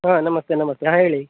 ಹಾಂ ನಮಸ್ತೆ ನಮಸ್ತೆ ಹಾಂ ಹೇಳಿ